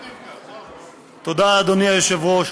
תודה, אדוני היושב-ראש.